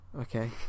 okay